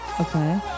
Okay